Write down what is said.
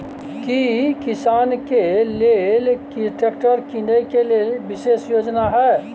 की किसान के लेल ट्रैक्टर कीनय के लेल विशेष योजना हय?